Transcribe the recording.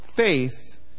faith